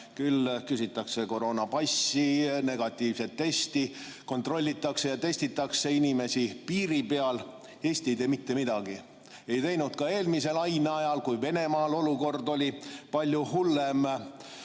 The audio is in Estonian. küll küsitakse koroonapassi või negatiivset testi, kontrollitakse ja testitakse inimesi piiri peal. Eesti ei tee mitte midagi. Ei teinud ka eelmise laine ajal, kui Venemaal oli olukord palju hullem,